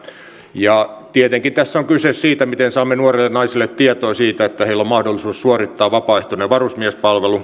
tietenkin tässä on kyse siitä miten saamme nuorille naisille tietoa siitä että heillä on mahdollisuus suorittaa vapaaehtoinen varusmiespalvelus